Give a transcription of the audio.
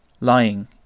lying